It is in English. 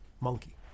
monkey